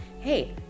hey